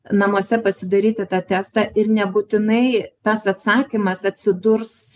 namuose pasidaryti tą testą ir nebūtinai tas atsakymas atsidurs